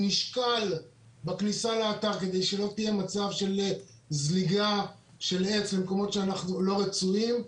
נשקל בכניסה לאתר כדי שלא יהיה מצב של זליגה של עץ למקומות לא רצויים.